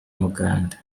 muganda